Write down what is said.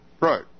Right